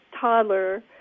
toddler